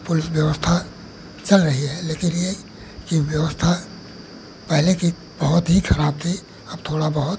police व्यवस्था चल रही है लेकिन यह कि व्यवस्था पहले की बहुत ही ख़राब थी अब थोड़ा बहुत